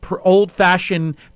old-fashioned